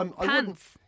Pants